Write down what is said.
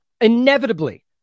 inevitably